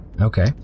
Okay